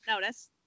notice